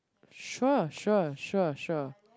sure sure sure sure